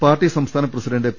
party സംസ്ഥാന president P